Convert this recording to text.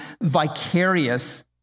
vicarious